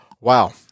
Wow